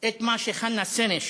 את מה שחנה סנש